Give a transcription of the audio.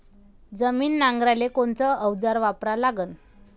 जमीन नांगराले कोनचं अवजार वापरा लागन?